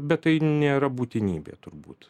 bet tai nėra būtinybė turbūt